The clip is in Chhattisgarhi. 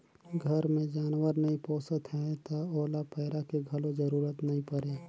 घर मे जानवर नइ पोसत हैं त ओला पैरा के घलो जरूरत नइ परे